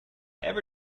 ever